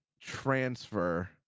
transfer